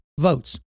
votes